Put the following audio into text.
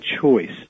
choice